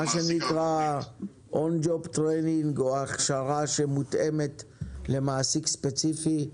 מה שנקרא on job training או הכשרה מותאמת למעסיק ספציפי.